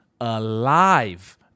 alive